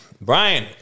Brian